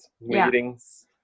meetings